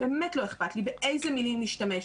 באמת לא אכפת לי באיזה מילים להשתמש.